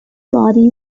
body